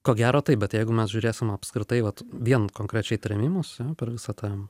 ko gero taip bet jeigu mes žiūrėsim apskritai vat vien konkrečiai trėmimus per visą tą